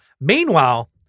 Meanwhile